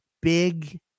big